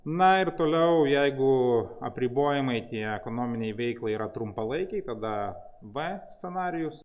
na ir toliau jeigu apribojimai tie ekonominei veiklai yra trumpalaikiai tada b scenarijus